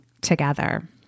together